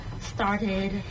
started